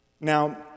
Now